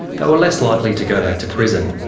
they were less likely to go back to prison.